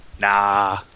Nah